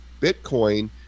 Bitcoin